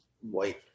white